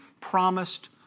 promised